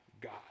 God